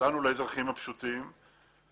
לאזרחים הפשוטים,